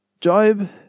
Job